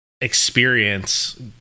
experience